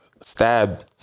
Stab